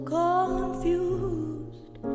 confused